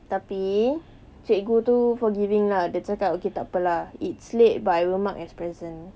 tapi cikgu itu forgiving lah dia cakap okay tak apa lah it's late but I will mark as present